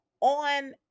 on